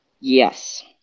Yes